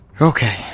Okay